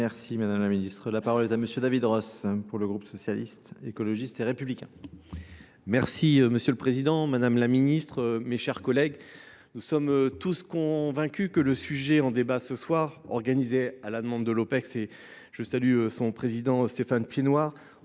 Merci Madame la Ministre. La parole est à Monsieur David Ross pour le groupe socialiste, écologiste et républicain. Merci Monsieur le Président, Madame la Ministre, mes chers collègues. Nous sommes tous convaincus que le sujet en débat ce soir, organisé à la demande de l'Opex, et je salue son Président Stéphane Piednoir,